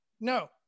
No